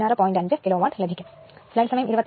5 kilo watt എന്ന് ലഭികുമലോ